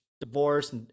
divorce